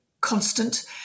constant